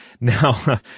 Now